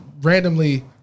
randomly